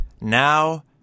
now